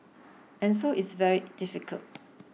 and so it's very difficult